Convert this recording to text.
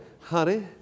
honey